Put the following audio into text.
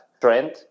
trend